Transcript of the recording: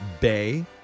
Bay